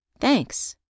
thanks